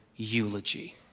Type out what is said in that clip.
eulogy